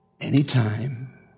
anytime